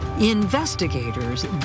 Investigators